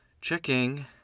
Checking